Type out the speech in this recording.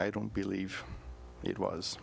i don't believe it was